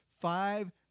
five